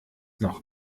noch